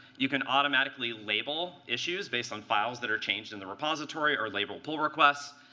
you can automatically label issues based on files that are changed in the repository or label pull requests,